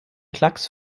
klacks